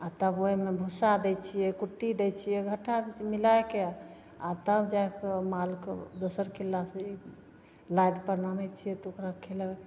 आओर तब ओहिमे भुस्सा दै छिए कुट्टी दै छिए घट्ठा सब मिलैके आओर तब जाके मालके दोसर किल्लासे नादिपर आनै छिए तब ओकरा खिलैके